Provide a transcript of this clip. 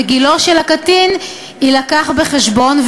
וגילו של הקטין יובא בחשבון,